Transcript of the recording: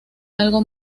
algo